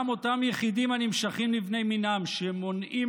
גם אותם יחידים הנמשכים לבני מינם שמונעים